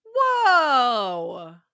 Whoa